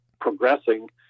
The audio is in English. progressing